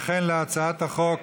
אכן, להצעת החוק